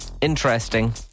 interesting